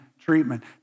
treatment